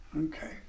okay